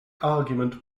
argument